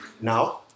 Now